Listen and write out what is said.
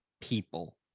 people